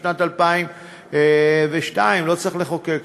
משנת 2002. לא צריך לחוקק חוק.